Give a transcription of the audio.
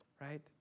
right